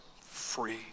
free